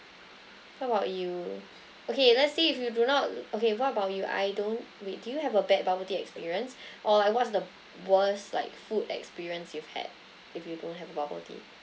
what about you okay let's say if you do not okay what about you I don't wait do you have a bad bubble tea experience or like what's the worst like food experience you've had if you don't have the bubble tea